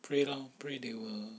pray lor pray they will